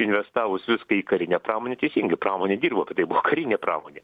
investavus viską į karinę pramonę teisingai pramonė dirbo bet tai buvo karinė pramonė